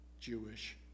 Jewish